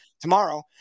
tomorrow